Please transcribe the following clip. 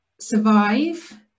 survive